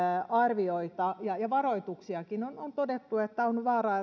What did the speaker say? arvioita ja ja varoituksiakin on on todettu että on vaara